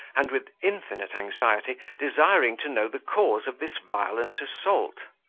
and, with infinite anxiety, desiring to know the cause of this violent assault.